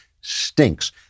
stinks